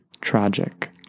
tragic